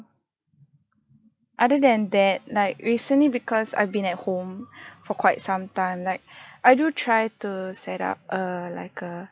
other than that like recently because I've been at home for quite some time like I do try to set up a like a